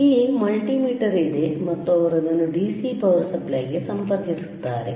ಇಲ್ಲಿ ಮಲ್ಟಿಮೀಟರ್ ಇದೆ ಮತ್ತು ಅವರು ಅದನ್ನು DC ಪವರ್ ಸಪ್ಲೈಗೆ ಸಂಪರ್ಕಿಸುತ್ತಾರೆ